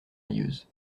rieuse